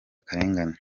akarengane